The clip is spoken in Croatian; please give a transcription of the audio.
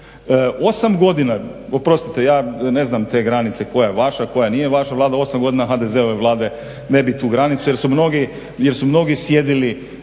Osam godina, oprostite ja ne znam te granice koja je vaša, koja nije vaša Vlada, osam godina HDZ-ove Vlade ne bi tu granicu jer su mnogi sjedili